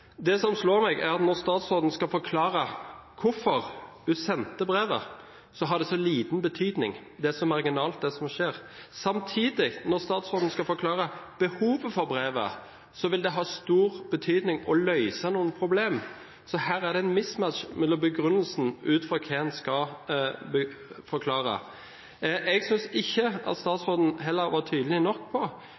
Det som slår meg, er at når statsråden skal forklare hvorfor hun sendte brevet, har det så liten betydning, det er så marginalt, det som skjer. Samtidig – når statsråden skal forklare behovet for brevet – vil det ha stor betydning og løse noen problemer. Så her er det en «mismatch» i begrunnelsen, ut fra hva en skal forklare. Jeg synes heller ikke statsråden var tydelig nok på